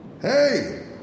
Hey